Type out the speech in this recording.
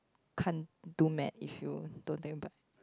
can't do med if you don't take but